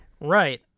Right